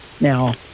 Now